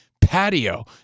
patio